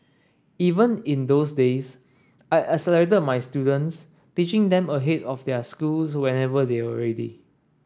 even in those days I accelerated my students teaching them ahead of their schools whenever they were ready